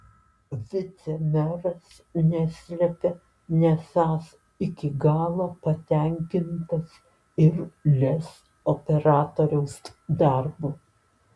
vicemeras neslepia nesąs iki galo patenkintas ir lez operatoriaus darbu